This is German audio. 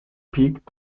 peak